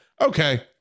Okay